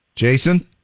Jason